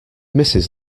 mrs